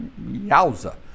Yowza